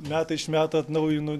metai iš metų atnaujinu